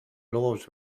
laws